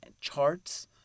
charts